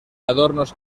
adornos